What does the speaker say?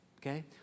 okay